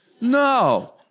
No